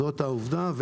זאת העובדה,